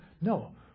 No